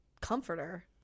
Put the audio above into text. comforter